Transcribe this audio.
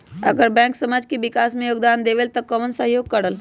अगर बैंक समाज के विकास मे योगदान देबले त कबन सहयोग करल?